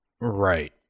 right